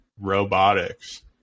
robotics